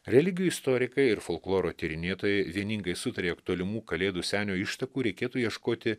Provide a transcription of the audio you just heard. religijų istorikai ir folkloro tyrinėtojai vieningai sutarė jog tolimų kalėdų senio ištakų reikėtų ieškoti